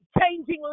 changing